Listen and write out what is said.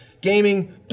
gaming